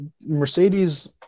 Mercedes